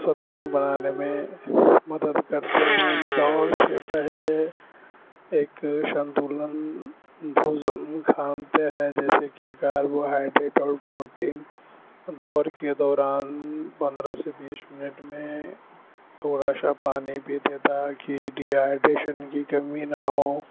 سنتلن بنانے میں مدد کرتے ہیں دور شے پہلے ایک شنتلن بھوجن کھانتے ہیں جیسے کہ کاربوہائیڈریٹ اور پروٹین دور کے دوران پندرہ سے بیس منٹ میں تھوڑا سا پانی پیتے تاکہ ڈی ہائڈریشن کی کمی نہ ہوں